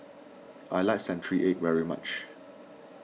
I like Century Egg very much